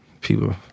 people